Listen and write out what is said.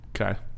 Okay